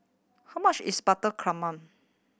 how much is Butter Calamari